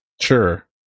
Sure